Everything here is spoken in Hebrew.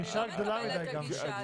אני לא מקבלת את הגישה הזאת.